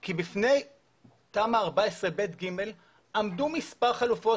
כי בפני תמ"א 14/ב/ג עמדו מספר חלופות,